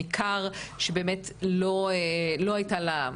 שניכר שבאמת לא הייתה לה,